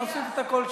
בתוספת הקול שלך,